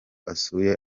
asuye